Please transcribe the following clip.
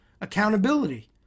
accountability